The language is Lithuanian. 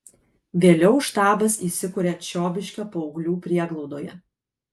vėliau štabas įsikuria čiobiškio paauglių prieglaudoje